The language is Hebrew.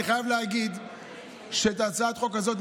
אני חייב להגיד שאת הצעת החוק הזאת,